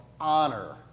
Honor